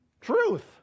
Truth